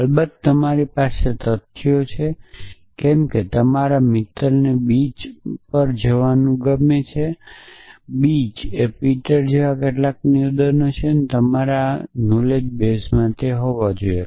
અલબત્ત તમારી પાસે તથ્યો છે કે કેમ કે તમારા મિત્રને બીચ પર જવાનું ગમે છે જેના માટેના કેટલાક નિવેદનો તે તમારા નોલેજબેસ માં હોવા જોઈએ